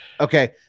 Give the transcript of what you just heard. Okay